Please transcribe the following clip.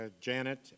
Janet